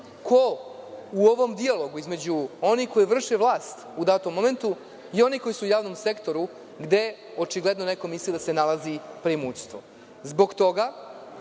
o ovom dijalogu, između onih koji vrše vlast u datom momentu i onih koji su u javnom sektoru, gde očigledno neko misli da se nalazi u preimućstvu. Zbog toga,